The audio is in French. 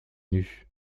nues